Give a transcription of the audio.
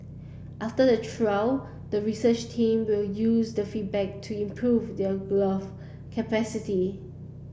after the trial the research team will use the feedback to improve their glove